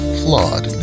flawed